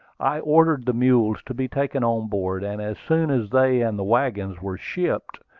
i ordered the mules to be taken on board and as soon as they and the wagons were shipped,